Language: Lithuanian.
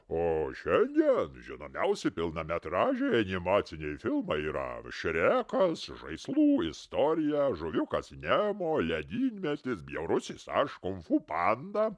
o šiandien žinomiausi pilnametražiai animaciniai filmai yra šrekas žaislų istorija žuviukas nemo ledynmetis bjaurusis aš kung fu panda